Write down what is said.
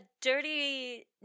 dirty